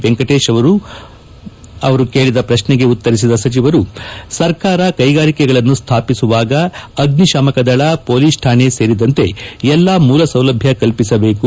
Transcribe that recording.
ವೆಂಕಟೇಶ್ ಅವರು ಪ್ರಶ್ನೆಗೆ ಉತ್ತರಿಸಿದ ಅವರು ಸರ್ಕಾರ ಕೈಗಾರಿಕೆಗಳನ್ನು ಸ್ಥಾಪಿಸುವಾಗ ಅಗ್ನಿತಾಮಕದಳ ಪೊಲೀಸ್ ಕಾಣೆ ಸೇರಿದಂತೆ ಎಲ್ಲಾ ಮೂಲ ಸೌಲಭ್ಯ ಕಲಿಸಬೇಕು